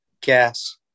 Gas